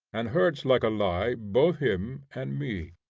and hurts like a lie both him and me.